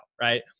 right